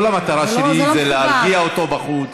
כל המטרה שלי זה להרגיע אותו בחוץ